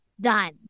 done